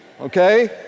okay